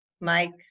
Mike